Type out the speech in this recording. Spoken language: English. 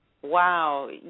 Wow